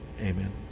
Amen